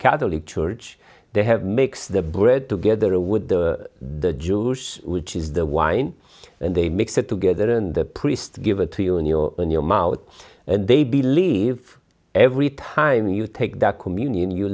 church they have makes the bread together with the jews which is the wine and they mix it together and the priest give it to you and your in your mouth and they believe every time you take that communion you